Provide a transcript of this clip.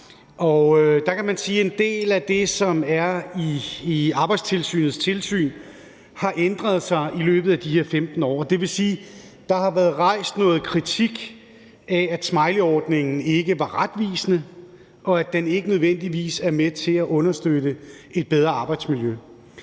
en del af det, som er i Arbejdstilsynets tilsyn, har ændret sig i løbet af de her 15 år. Det vil sige, at der har været rejst noget kritik af, at smileyordningen ikke var retvisende, og at den ikke nødvendigvis er med til at understøtte et bedre arbejdsmiljø.